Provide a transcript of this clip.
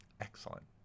Excellent